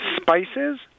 spices